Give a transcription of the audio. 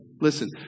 Listen